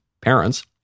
parents